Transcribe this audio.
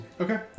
Okay